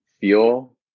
feel